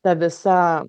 ta visa